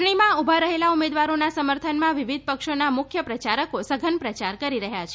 ચૂંટણીમાં ઊભા રહેલા ઉમેદવારોના સમર્થનમાં વિવિધ પક્ષોના મુખ્ય પ્રચારકો સઘન પ્રચાર કરી રહ્યાં છે